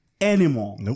anymore